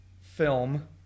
film